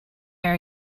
are